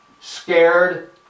scared